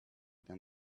than